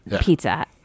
pizza